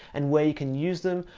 and where you can use them,